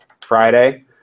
Friday